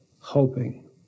hoping